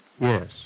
Yes